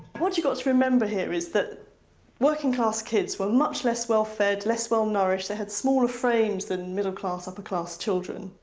what you've got to remember here is that working class kids were much less well fed, less well nourished. they had smaller frames than middle class upper class children.